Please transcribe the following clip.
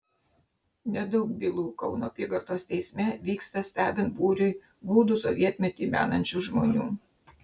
nedaug bylų kauno apygardos teisme vyksta stebint būriui gūdų sovietmetį menančių žmonių